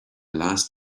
last